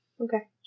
Okay